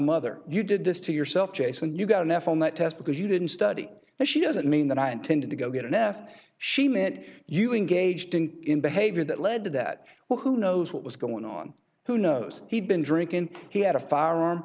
mother you did this to yourself jason you got an f on that test because you didn't study and she doesn't mean that i intended to go get an f she meant you engaged in behavior that led to that well who knows what was going on who knows he'd been drinking he had a